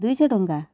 ଦୁଇଶହ ଟଙ୍କା